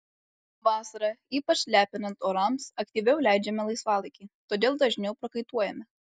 vasarą ypač lepinant orams aktyviau leidžiame laisvalaikį todėl dažniau prakaituojame